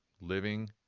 living